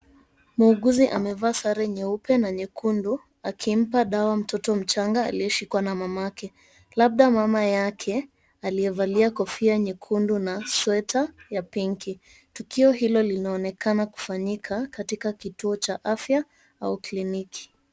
Muuguzi amevaa sare nyeupe na nyekundu akimpa dawa mtoto mchanga aliyeshikwa na mamake, labda mama yake aliyevalia kofia nyekundu na sweta ya pinki. Tukio hilo linaonekana kufanyika katika kituo cha afya au kliniki.